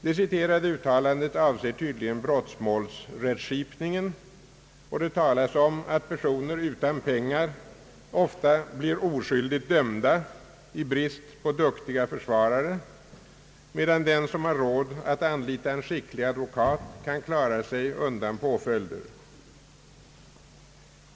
Det citerade uttalandet avser tydligen brottsmålsrättskipningen. Det talas om att personer utan pengar ofta blir oskyldigt dömda i brist på duktiga försvarare, medan den som har råd att anlita en skicklig advokat kan klara sig undan påföljder.